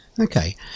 okay